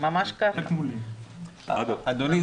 אדוני,